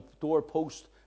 doorpost